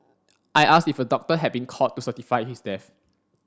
I asked if a doctor had been called to certify his death